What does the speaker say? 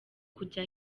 kujya